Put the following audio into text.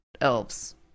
elves